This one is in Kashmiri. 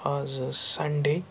آزٕ سَنڈے